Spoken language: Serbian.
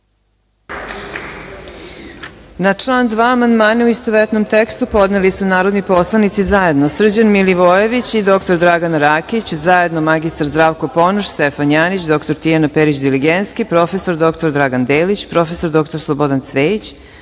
Na član 2. amandmane, u istovetnom tekstu, podneli su narodni poslanici zajedno Srđan Milivojević i dr Dragana Rakić, zajedno mr Zdravko Ponoš, Stefan Janjić, dr Tijana Perić Diligenski, prof. dr Dragan Delić, prof. dr Slobodan Cvejić,